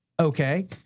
Okay